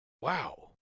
wow